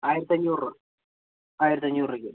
ആയിരത്തിയഞ്ഞൂറ് രൂപ ആയിരത്തിയഞ്ഞൂറ് രൂപയ്ക്ക് വരും